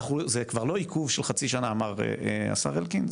זה כבר לא עיכוב של חצי שנה אמר השר אלקין,